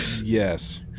yes